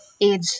age